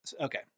okay